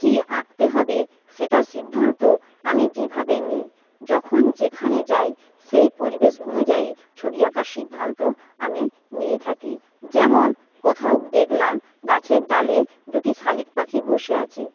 কী আঁকতে হবে সেটার সিদ্ধান্ত আমি যেভাবে নিই যখন যেখানে যাই সেই পরিবেশ অনুযায়ী ছবি আঁকার সিদ্ধান্ত আমি নিয়ে থাকি যেমন কোথাও দেখলাম গাছের ডালে দুটি শালিক পাখি বসে আছে